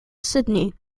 sydney